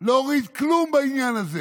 להוריד כלום בעניין הזה.